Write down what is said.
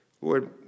Lord